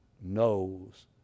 knows